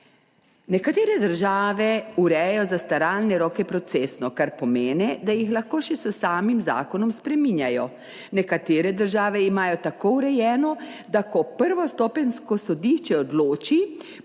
Nekatere države urejajo zastaralne roke procesno, kar pomeni, da jih lahko še s samim zakonom spreminjajo. Nekatere države imajo tako urejeno, da ko prvostopenjsko sodišče odloči,